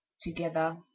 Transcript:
together